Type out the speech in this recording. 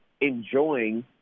enjoying